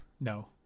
No